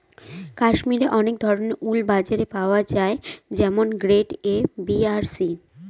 কাশ্মিরে অনেক ধরনের উল বাজারে পাওয়া যায় যেমন গ্রেড এ, বি আর সি